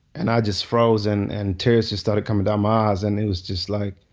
and i just frozen and tears just started coming down my eyes and it was just like,